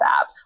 app